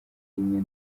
rimwe